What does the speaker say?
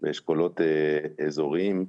באשכולות אזוריים,